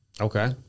Okay